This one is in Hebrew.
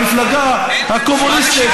המפלגה הקומוניסטית,